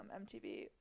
MTV